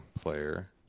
player